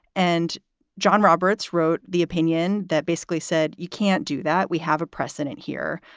and john roberts wrote the opinion that basically said, you can't do that. we have a precedent here.